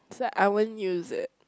said I won't use it